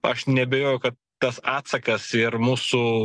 aš neabejoju kad tas atsakas ir mūsų